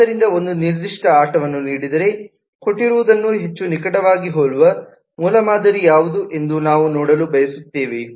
ಆದ್ದರಿಂದ ಒಂದು ನಿರ್ದಿಷ್ಟ ಆಟವನ್ನು ನೀಡಿದರೆ ಕೊಟ್ಟಿರುವದನ್ನು ಹೆಚ್ಚು ನಿಕಟವಾಗಿ ಹೋಲುವ ಮೂಲಮಾದರಿ ಯಾವುದು ಎಂದು ನಾವು ನೋಡಲು ಬಯಸುತ್ತೇವೆ